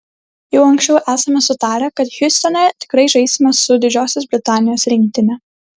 jau anksčiau esame sutarę kad hjustone tikrai žaisime su didžiosios britanijos rinktine